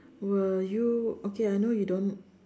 will you okay I know you don't